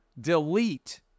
delete